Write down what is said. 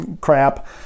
crap